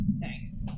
Thanks